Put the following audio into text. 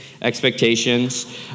expectations